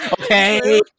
Okay